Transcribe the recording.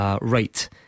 Right